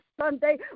Sunday